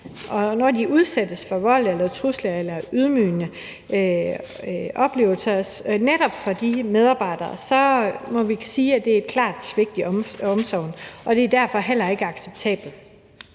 Når de udsættes for vold, trusler eller ydmygende oplevelser netop fra de medarbejdere, må vi sige, at det er et klart svigt i omsorgen, og det er derfor heller ikke acceptabelt.